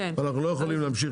אנחנו לא יכולים להמשיך.